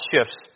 shifts